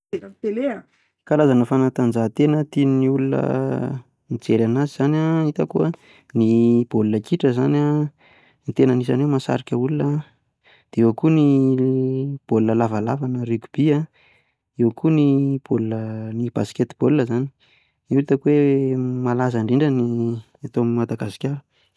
Ny karazana fanatanjahatena tian'ny olona mijery an'azy zany an, ny hitako an, ny baolina kitra izany an, dia tena anisany hoe mahasarika olona, dia eo koa ny baolina lavalava na ny rugby an, dia eo koa ny baolina basketball zany, ireo hitako hoe malaza indrindra raha eto Madagasikara.